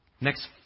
Next